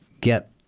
get